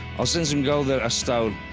i'll send some gold that i stole.